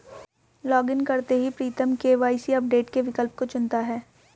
login करते ही Pritam KYC update के विकल्प को चुनता है